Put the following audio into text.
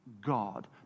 God